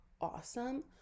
awesome